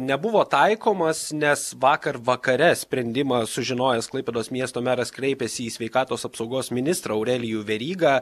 nebuvo taikomas nes vakar vakare sprendimą sužinojęs klaipėdos miesto meras kreipėsi į sveikatos apsaugos ministrą aurelijų verygą